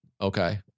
okay